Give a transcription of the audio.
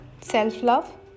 self-love